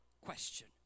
question